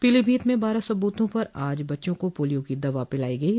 पीलीभीत में बारह सौ बूथों पर आज बच्चों को पोलियों की दवा पिलाई गयी